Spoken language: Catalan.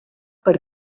per